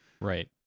right